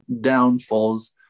downfalls